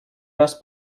раз